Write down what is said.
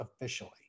officially